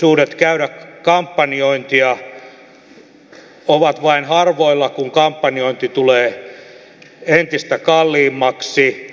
mahdollisuudet käydä kampanjointia ovat vain harvoilla kun kampanjointi tulee entistä kalliimmaksi